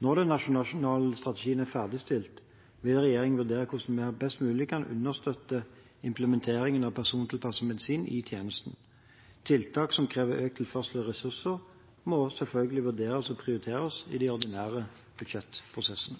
Når den nasjonale strategien er ferdigstilt, vil regjeringen vurdere hvordan vi best mulig kan understøtte implementeringen av persontilpasset medisin i tjenesten. Tiltak som krever økt tilføring av ressurser, må selvfølgelig vurderes og prioriteres i de ordinære budsjettprosessene.